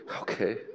Okay